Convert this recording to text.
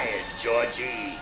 Georgie